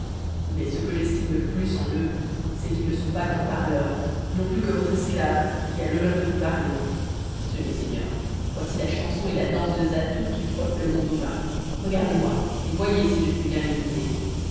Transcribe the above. mais ce que j'estime le plus en eux c'est qu'ils ne sont pas grands parleurs non plus que votre esclave qui a l'honneur de vous parler tenez seigneur voici la chanson et la danse de zantout qui frotte le monde au bain regardez-moi et voyez si je sais bien l'imiter